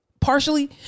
partially